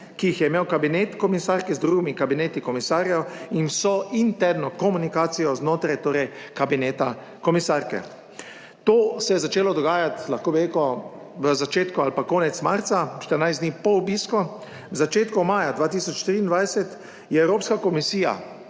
ki jih je imel kabinet komisarke z drugimi kabineti komisarjev in vso interno komunikacijo znotraj, torej kabineta komisarke. To se je začelo dogajati, lahko bi rekel v začetku ali pa konec marca, 14 dni po obisku. V začetku maja 2023 je Evropska komisija